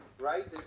right